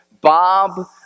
Bob